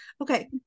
okay